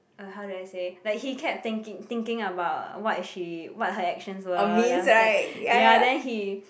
uh how do I say like he kept thinking thinking about what she what her actions were then after that ya then he